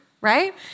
right